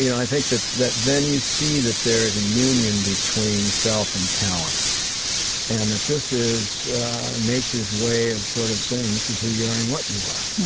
you know i think that that then you see that there is a union between self and talent and that this is nature's way of sort of saying this is who you are and what you are.